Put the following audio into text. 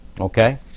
Okay